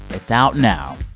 it's out now.